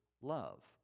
love